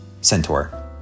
Centaur